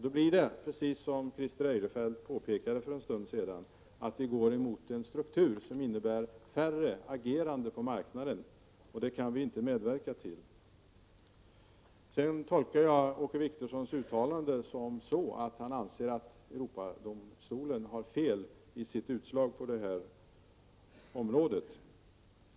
Då blir det så som Christer Eirefelt påpekade för en stund sedan, nämligen att vi kommer att gå mot en struktur som innebär färre agerande på marknaden, och det kan vi inte medverka till. Jag tolkar Åke Wictorssons uttalande så att han anser att Europadomstolen har fel i sitt utslag på detta område.